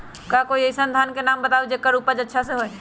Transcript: का कोई अइसन धान के नाम बताएब जेकर उपज अच्छा से होय?